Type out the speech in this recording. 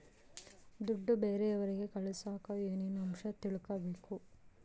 ದುಡ್ಡು ಬೇರೆಯವರಿಗೆ ಕಳಸಾಕ ಏನೇನು ಅಂಶ ತಿಳಕಬೇಕು?